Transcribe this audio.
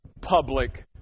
public